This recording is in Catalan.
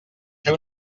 fer